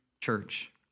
church